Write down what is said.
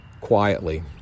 quietly